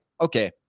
okay